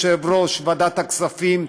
יושב-ראש ועדת הכספים,